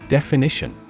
Definition